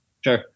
Sure